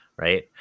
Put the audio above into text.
Right